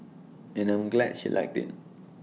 and I'm glad she liked IT